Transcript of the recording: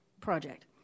project